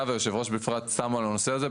ויושב הראש בפרט שמים על הנושא הזה,